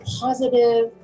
positive